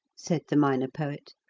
said the minor poet,